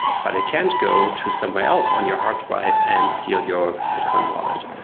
but it can't go to somewhere else on your hard drive and still your bitcoin wallet.